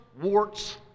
warts